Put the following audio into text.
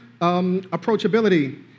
approachability